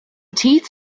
teeth